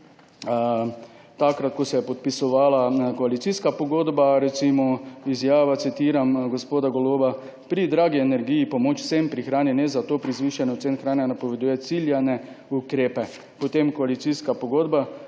takrat ko se je podpisovala koalicijska pogodba. Recimo izjava, citiram, gospoda Goloba: »Pri dragi energiji pomoč vsem, pri hrani ne, zato pri zvišanju cen hrane napoveduje ciljane ukrepe.« Potem koalicijska pogodba: